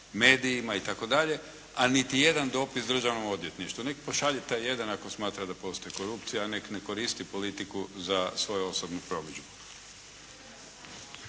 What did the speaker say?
medijima itd., a niti jedan dopis državnom odvjetništvu. Neka pošalje taj jedan, ako smatra da postoji korupcija, a neka ne koristi politiku za svoju osobnu promidžbu.